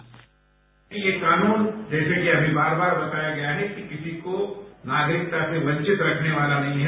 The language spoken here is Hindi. बाईट ये कानून जैसे कि यह अभी बार बार बताया गया है कि किसी को नागरिकता से वंचित रखने वाला नहीं है